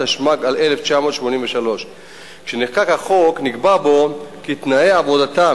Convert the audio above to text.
התשמ"ג 1983. כשנחקק החוק נקבע בו כי תנאי עבודתם